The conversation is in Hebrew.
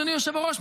אדוני היושב-ראש,